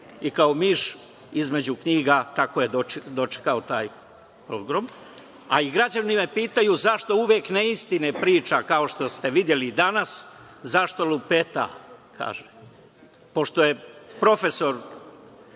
i kao miš između knjiga tako dočekao taj pogrom. Građani me pitaju zašto uvek neistine priča kako ste videli danas, zašto lupeta kažu? Pošto je profesor